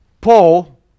Paul